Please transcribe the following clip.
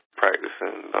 practicing